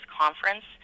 conference